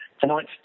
tonight